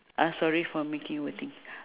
I'm sorry for making you waiting